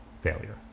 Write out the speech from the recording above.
failure